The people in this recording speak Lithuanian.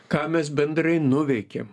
ką mes bendrai nuveikėm